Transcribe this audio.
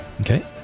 Okay